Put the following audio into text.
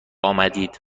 آمدید